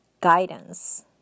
guidance